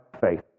faith